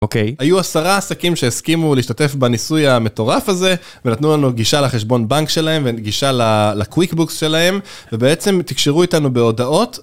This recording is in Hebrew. אוקיי. היו עשרה עסקים שהסכימו להשתתף בניסוי המטורף הזה, ונתנו לנו גישה לחשבון בנק שלהם, וגישה לקוויקבוקס שלהם, ובעצם תקשרו איתנו בהודעות.